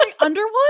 Underwood